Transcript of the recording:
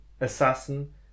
assassin